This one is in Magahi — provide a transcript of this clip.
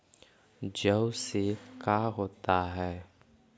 जौ से का होता है?